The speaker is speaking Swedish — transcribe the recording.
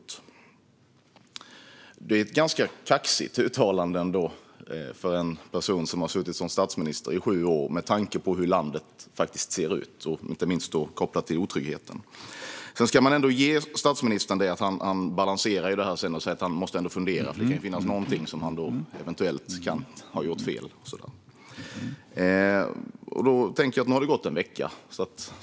Det är ändå ett ganska kaxigt uttalande för en person som har suttit som statsminister i sju år med tanke på hur landet faktiskt ser ut och inte minst kopplat till otryggheten. Man ska ändå ge statsministern det att han sedan balanserar det och säger att han ändå måste fundera. Det kan finnas någonting som han eventuellt kan ha gjort fel. Nu har det gått en vecka.